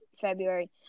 February